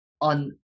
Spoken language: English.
on